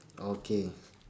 okay